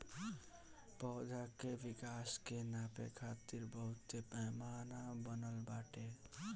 पौधा के विकास के नापे खातिर बहुते पैमाना बनल बाटे